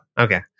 okay